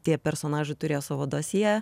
tie personažai turėjo savo dosjė